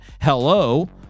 Hello